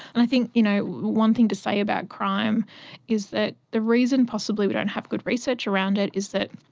i think you know one thing to say about crime is that the reason possibly we don't have good research around it is that,